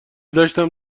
داشتم